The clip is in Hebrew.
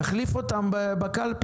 תחליף אותם בקלפי,